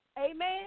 Amen